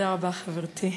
תודה רבה, חברתי.